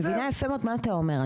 אני מבינה יפה מאוד מה אתה אומר.